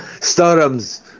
Stardom's